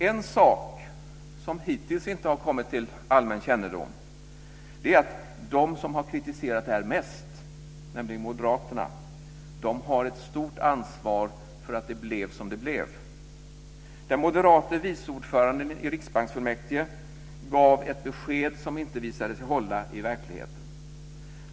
En sak som hittills inte har kommit till allmän kännedom är att de som har kritiserat det här mest, nämligen Moderaterna, har ett stort ansvar för att det blev som det blev. Den moderate vice ordföranden i riksbanksfullmäktige gav ett besked som visade sig inte hålla i verkligheten.